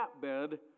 bed